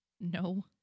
No